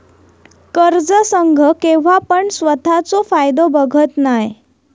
कर्ज संघ केव्हापण स्वतःचो फायदो बघत नाय